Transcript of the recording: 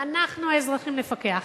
אנחנו האזרחים נפקח.